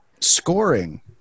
scoring